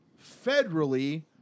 federally